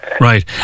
Right